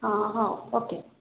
ହଁ ହଁ ଓକେ